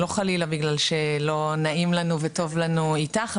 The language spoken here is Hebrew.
לא חלילה בגלל שלא נעים לנו ולא טוב לנו איתך,